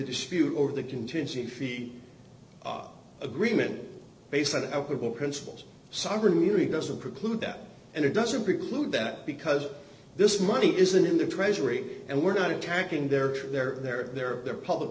dispute over the contingency fee agreement based on ethical principles sovereign immunity doesn't preclude that and it doesn't preclude that because this money isn't in the treasury and we're not attacking their their their their their public